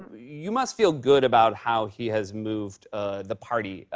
you must feel good about how he has moved the party.